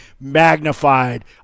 magnified